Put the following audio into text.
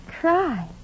cry